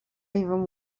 even